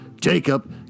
Jacob